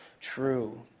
true